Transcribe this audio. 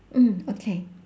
mm okay